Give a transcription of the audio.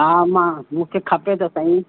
हा मां मूंखे खपे त सही